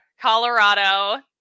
Colorado